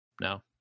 No